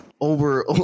over